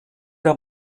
der